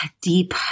deep